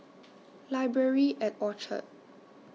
Library At Orchard